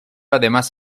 además